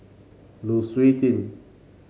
Lu Suitin